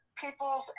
people's